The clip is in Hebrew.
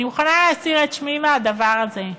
אני מוכנה להסיר את שמי מהדבר הזה.